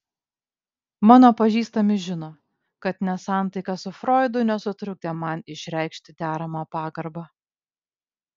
mano pažįstami žino kad nesantaika su froidu nesutrukdė man išreikšti deramą pagarbą